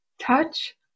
touch